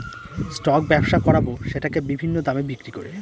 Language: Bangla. স্টক ব্যবসা করাবো সেটাকে বিভিন্ন দামে বিক্রি করে